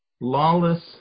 lawless